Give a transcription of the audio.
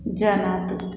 जानातु